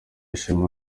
ishema